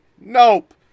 nope